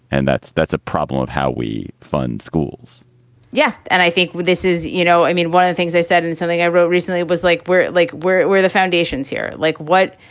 and that's that's a problem of how we fund schools yeah. and i think this is you know, i mean, one of the things they said and something i wrote recently was like where it like where it where the foundations here. like what?